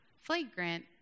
flagrant